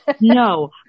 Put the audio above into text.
No